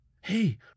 Hey